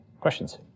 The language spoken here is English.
questions